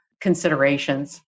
considerations